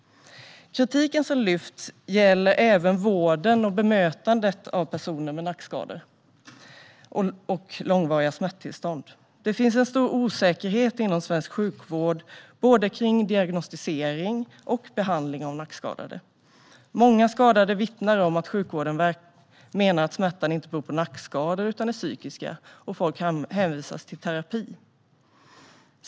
Kritiken som har lyfts fram gäller även vården och bemötandet av personer med nackskador och långvariga smärttillstånd. Det finns en stor osäkerhet inom svensk sjukvård kring både diagnostisering och behandling av nackskadade. Många skadade vittnar om att sjukvården menar att smärtan inte beror på nackskador utan är psykisk och att man hänvisas till terapi.